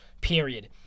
period